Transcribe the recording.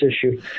issue